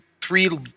three